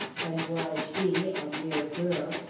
and why she, a mere girl,